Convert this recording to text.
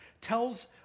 tells